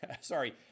sorry